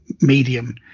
medium